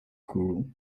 grew